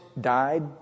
died